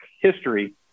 history